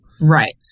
Right